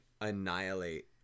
annihilate